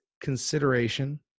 consideration